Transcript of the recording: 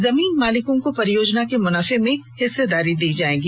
जमीन मालिकों को परियोजना के मुनाफे में हिस्सेदारी दी जाएगी